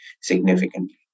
significantly